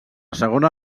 segona